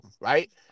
Right